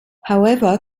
however